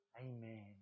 Amen